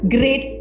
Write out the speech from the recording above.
Great